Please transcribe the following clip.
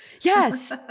Yes